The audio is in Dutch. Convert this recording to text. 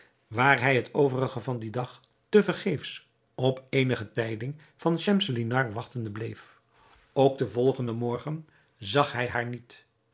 waar hij het overige van dien dag te vergeefs op eenige tijding van schemselnihar wachtende bleef ook den volgenden morgen zag hij haar niet